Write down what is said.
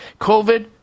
COVID